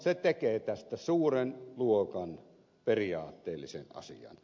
se tekee tästä suuren luokan periaatteellisen asian